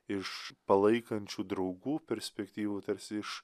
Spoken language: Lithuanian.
iš palaikančių draugų perspektyvų tarsi iš